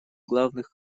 главных